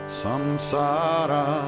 samsara